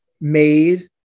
made